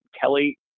Kelly